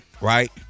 right